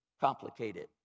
complicated